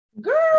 girl